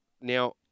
now